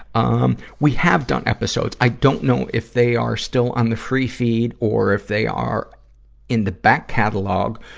um we have done episodes. i don't know if they are still on the free feed or if they are in the back catalog,